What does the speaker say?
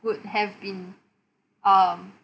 would have been um